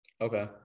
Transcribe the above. Okay